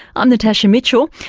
i'm natasha mitchell,